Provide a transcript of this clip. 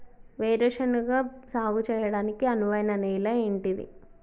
వేరు శనగ సాగు చేయడానికి అనువైన నేల ఏంటిది?